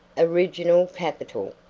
original capital.